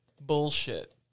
bullshit